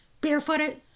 barefooted